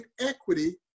equity